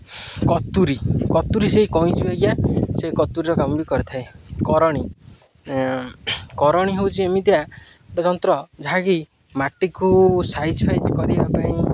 କତୁୁରୀ କତୁୁରୀ ସେଇ କଇଁଛି ଇଏ ସେ କତୁୁରୀର କାମ ବି କରିଥାଏ କରଣୀ କରଣୀ ହେଉଛି ଏମିତିଆ ଗୋଟେ ଯନ୍ତ୍ର ଯାହାକି ମାଟିକୁ ସାଇଜ୍ ଫାଇଜ୍ କରିବା ପାଇଁ